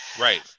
right